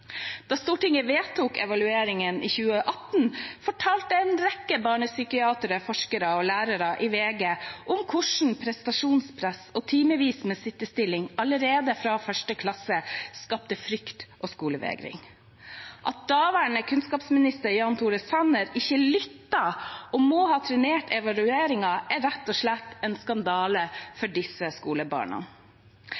Da Stortinget vedtok evalueringen i 2018, fortalte en rekke barnepsykiatere, forskere og lærere i VG om hvordan prestasjonspress og timevis med stillesitting allerede fra 1. klasse skapte frykt og skolevegring. At daværende kunnskapsminister, Jan Tore Sanner, ikke lyttet og må ha trenert evalueringen, er rett og slett en skandale